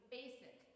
basic